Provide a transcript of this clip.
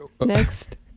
Next